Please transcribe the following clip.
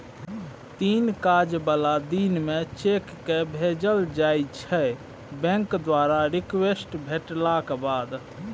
तीन काज बला दिन मे चेककेँ भेजल जाइ छै बैंक द्वारा रिक्वेस्ट भेटलाक बाद